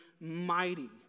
Mighty